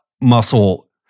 muscle